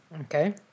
okay